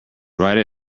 write